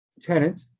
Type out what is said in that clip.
tenant